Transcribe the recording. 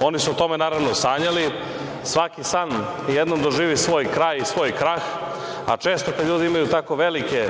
Oni su o tome naravno, sanjali. Svaki san jednom doživi svoj kraj i svoj krah, a često kada ljudi imaju tako velike,